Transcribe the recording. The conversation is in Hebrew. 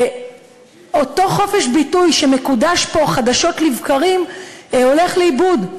אותו חופש ביטוי שמקודש פה חדשות לבקרים הולך לאיבוד.